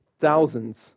thousands